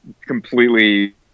completely